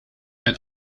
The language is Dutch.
mijn